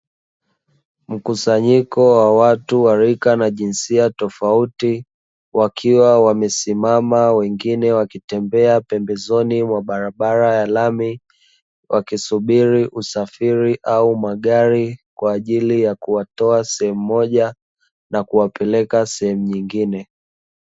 Mkusanyiko wa watu wa rika na jinsia tofauti, wakiwa wamesimama, wengine wakitembea pembezoni mwa barabara ya lami, wakisubiri usafiri au magari kwa ajili ya kuwatoa sehemu moja na kuwapeleka sehemu nyingine.